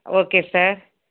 okay sir